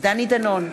דני דנון,